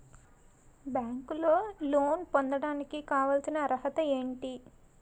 బ్యాంకులో లోన్ పొందడానికి కావాల్సిన అర్హత ఏంటి?